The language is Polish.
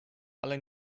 ale